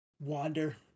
wander